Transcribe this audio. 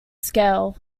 scale